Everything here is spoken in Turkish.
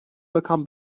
rakam